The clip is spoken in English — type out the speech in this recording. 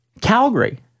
Calgary